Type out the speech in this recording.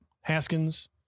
Haskins